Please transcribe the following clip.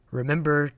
remember